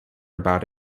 about